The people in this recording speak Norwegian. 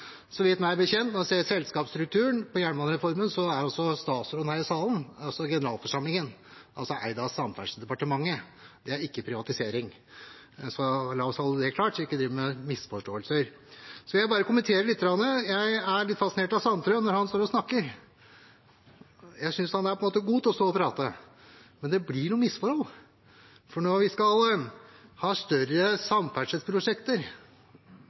er altså statsråden her i salen generalforsamlingen. Den er altså eid av Samferdselsdepartementet. Det er ikke privatisering. La oss holde det klart, så en ikke driver med misforståelser. Så vil jeg bare kommentere litt. Jeg er litt fascinert av Sandtrøen når han står og snakker. Jeg synes han er god til å stå og prate, men det blir noen misforhold. Når vi skal ha større samferdselsprosjekter,